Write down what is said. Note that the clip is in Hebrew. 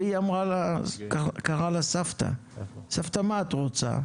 והיא קראה לה סבתא, סבתא מה את רוצה?